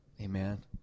Amen